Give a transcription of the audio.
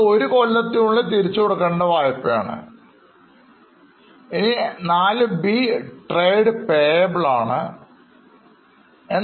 ഒരു കൊല്ലത്തിനുള്ളിൽ തിരിച്ചു കൊടുക്കേണ്ട വായ്പകൾ ആണിത്